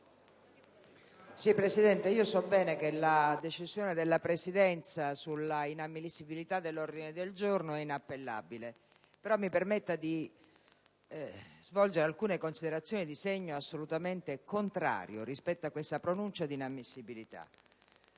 Presidente, so bene che la decisione della Presidenza sull'inammissibilità dell'ordine del giorno è inappellabile, però mi permetta di svolgere alcune considerazioni di segno assolutamente contrario rispetto a tale pronuncia di inammissibilità.